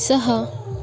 सहा